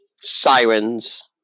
sirens